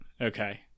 Okay